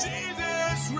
Jesus